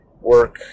work